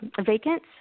vacant